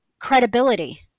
Credibility